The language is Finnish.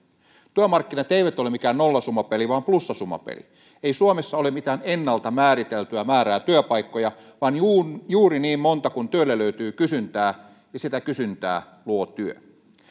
työmarkkinat eivät ole mikään nollasummapeli vaan plussasummapeli ei suomessa ole mitään ennalta määriteltyä määrää työpaikkoja vaan juuri niin monta kuin työlle löytyy kysyntää ja sitä kysyntää luo työ